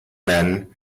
men